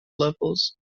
levels